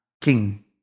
king